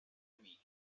amic